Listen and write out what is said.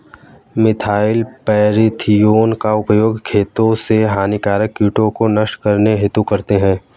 methyl parathion का उपयोग खेतों से हानिकारक कीटों को नष्ट करने हेतु करते है